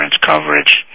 coverage